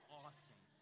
awesome